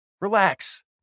Relax